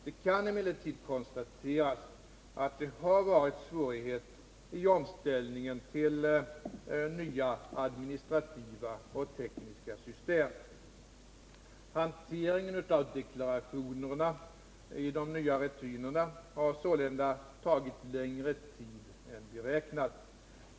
Det kan emellertid konstateras att det har varit svårigheter i omställningen till de nya administrativa och tekniska systemen. Hanteringen av deklarationerna i de nya rutinerna har sålunda tagit längre tid än beräknat.